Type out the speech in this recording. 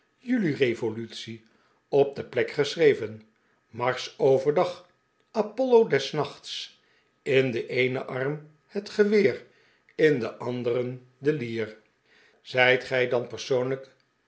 juli-revolutie op de plek geschreven mars over dag apollo des nachts in den eenen arm het geweer in den anderen de lier zijt gij dan